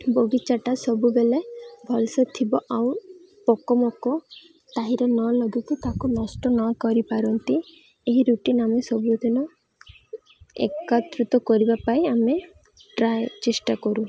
ବଗିଚାଟା ସବୁବେଲେ ଭଲସେ ଥିବ ଆଉ ପୋକ ମୋକ ତାହିରେ ନ ଲଗେଇକି ତାକୁ ନଷ୍ଟ ନ କରିପାରନ୍ତି ଏହି ରୁଟିନ ଆମେ ସବୁଦିନ ଏକତ୍ରିତ କରିବା ପାଇଁ ଆମେ ଟ୍ରାଏ ଚେଷ୍ଟା କରୁ